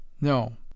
No